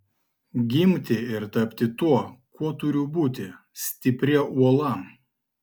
gimti ir tapti tuo kuo turiu būti stipria uola